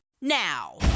now